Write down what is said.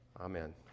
Amen